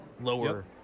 lower